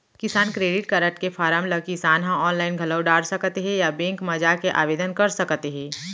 किसान credit card के form ल किसान ह आनलाइन घलौ डार सकत हें या बेंक म जाके आवेदन कर सकत हे